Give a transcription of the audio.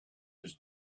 his